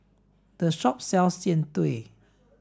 the shop sells jian dui